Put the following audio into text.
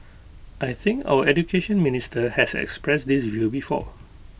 I think our Education Minister has expressed this view before